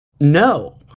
no